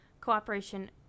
cooperation